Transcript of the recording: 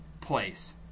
place